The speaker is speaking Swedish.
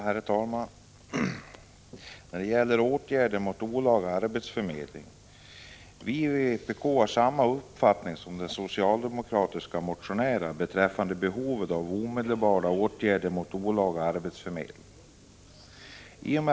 Herr talman! Vi i vpk har samma uppfattning som de socialdemokratiska motionärerna beträffande behovet av omedelbara åtgärder mot olaga arbetsförmedling.